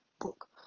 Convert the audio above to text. book